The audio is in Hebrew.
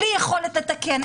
בלי יכולת לתקן.